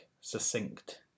succinct